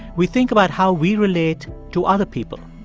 we think about how we relate to other people.